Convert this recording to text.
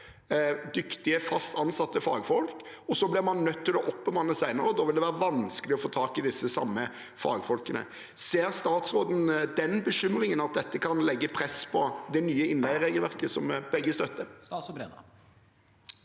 dyktige fast ansatte fagfolk. Så blir man nødt til å oppbemanne senere, og da vil det være vanskelig å få tak i de samme fagfolkene. Ser statsråden den bekymringen, at dette kan legge press på det nye innleieregelverket, som vi begge støtter?